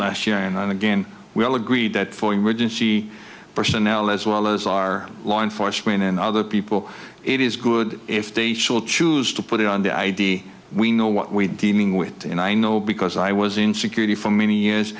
last year and again we all agreed that for emergency personnel as well as our law enforcement and other people it is good if they choose to put it on the i d we know what we dealing with and i know because i was in security for many years